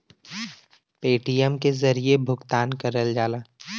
Paytm के जरिये भुगतान करल जाला